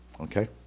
Okay